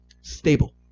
stable